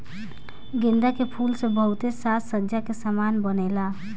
गेंदा के फूल से बहुते साज सज्जा के समान बनेला